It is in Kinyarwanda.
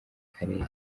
karere